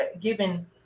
given